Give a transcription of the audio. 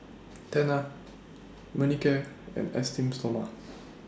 Tena Manicare and Esteem Stoma